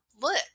look